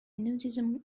nudism